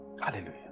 Hallelujah